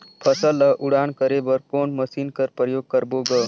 फसल ल उड़ान करे बर कोन मशीन कर प्रयोग करबो ग?